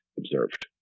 observed